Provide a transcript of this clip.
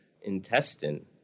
intestine